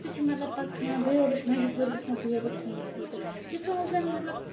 سُہ چھُ مطلب پَتہٕ ژھٕنان دٲرِتھ مجبوٗر گژھان دٲرِتھ ژھننہٕ خٲطرٕ مِثال زَن مطلب